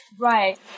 Right